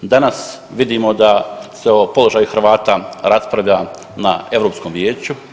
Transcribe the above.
Danas vidimo da se o položaju Hrvata raspravlja na Europskom vijeću.